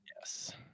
Yes